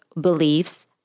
beliefs